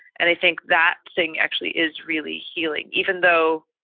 and i think that thing actually is really healing, even though.